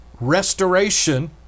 restoration